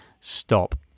stop